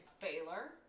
Baylor